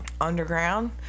Underground